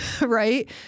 right